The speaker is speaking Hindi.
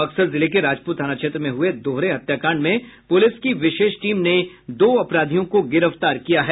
बक्सर जिले के राजपुर थाना क्षेत्र में हुए दोहरे हत्याकांड में पुलिस की विशेष टीम ने दो अपराधियों को गिरफ्तार किया है